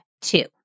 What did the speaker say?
two